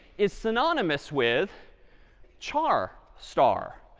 is synonymous with char star.